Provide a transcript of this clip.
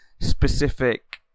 specific